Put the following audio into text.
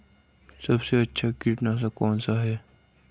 सबसे अच्छा कीटनाशक कौन सा है?